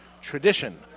tradition